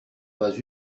pas